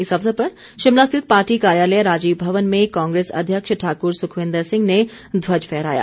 इस अवसर पर शिमला स्थित पार्टी कार्यालय राजीव भवन में कांग्रेस अध्यक्ष ठाकुर सुखविंदर सिंह ने ध्वज फहराया